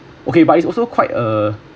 okay but it also quite uh